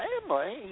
family